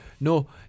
No